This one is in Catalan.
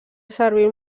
servir